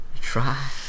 try